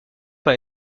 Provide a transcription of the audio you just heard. par